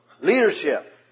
Leadership